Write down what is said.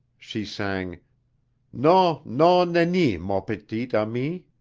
she sang non, non, nenni, mon petit ami!